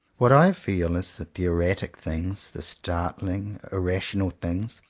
what i feel is that the erratic things, the snarling, irrational things,